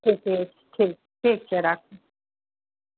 ठिके छै ठीक ठीक छै राखू